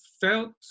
felt